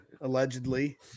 allegedly